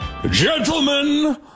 Gentlemen